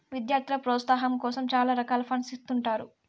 విద్యార్థుల ప్రోత్సాహాం కోసం చాలా రకాల ఫండ్స్ ఇత్తుంటారు